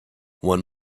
one